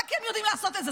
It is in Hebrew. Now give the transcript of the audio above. רק הם יודעים לעשות את זה.